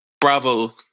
bravo